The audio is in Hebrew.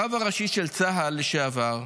הרב הראשי של צה"ל לשעבר,